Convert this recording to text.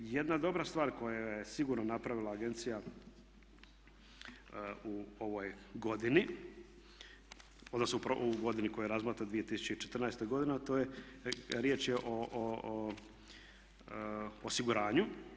Jedna dobra stvar koju je sigurno napravila agencija u ovoj godini odnosno u godini u kojoj razmatramo 2014. godina to je riječ o osiguranju.